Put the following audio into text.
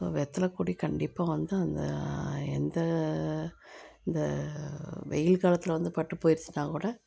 so வெத்தலைக்கொடி கண்டிப்பாக வந்து அந்த எந்த இந்த வெயில் காலத்தில் வந்து பட்டுப்போயிருச்சுன்னா கூட